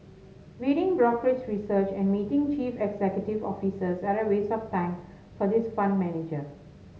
reading brokerage research and meeting chief executive officers are a waste of time for this fund manager